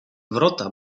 wrota